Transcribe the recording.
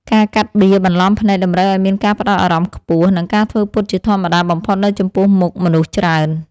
ការកាត់បៀ បន្លំភ្នែកតម្រូវឱ្យមានការផ្តោតអារម្មណ៍ខ្ពស់ និង ការធ្វើពុតជាធម្មតាបំផុតនៅចំពោះមុខមនុស្សច្រើន។